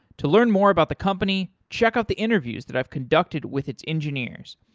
to learn more about the company, check out the interviews that i've conducted with its engineers.